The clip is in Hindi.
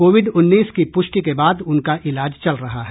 कोविड उन्नीस की पुष्टि के बाद उनका इलाज चल रहा है